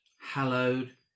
hallowed